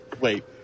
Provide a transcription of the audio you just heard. wait